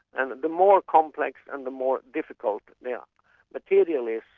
and and the more complex and the more difficult the ah material is,